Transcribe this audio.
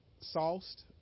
sauced